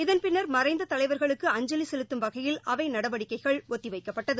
இதன் பின்னாட்டி மறைந்த தலைவாட்களுக்கு அதுக்கலி செலு தம்து ம் வகையில் அவை நடவடிக்கைகள் ஒத்திவைக்க பட்பட்டது